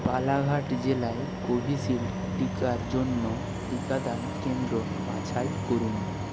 বালাঘাট জেলায় কোভিশিল্ড টিকার জন্য টিকাদান কেন্দ্র বাছাই করুন